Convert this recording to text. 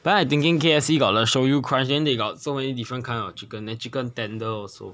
then I thinking K_F_C got the shoyu crunch then they got so many different kind of chicken then chicken tender also